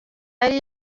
yari